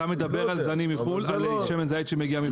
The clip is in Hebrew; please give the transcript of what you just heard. אתה מדבר על שמן זית שמגיע מחו"ל?